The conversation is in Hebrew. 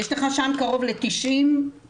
זרוע הרווחה לא קיבל מ2012 את ה-3.4